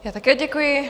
Já také děkuji.